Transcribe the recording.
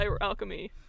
alchemy